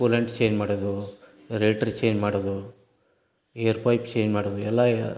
coolant change ಮಾಡೋದು radiator change ಮಾಡೋದು air pipe change ಮಾಡೋದು ಎಲ್ಲ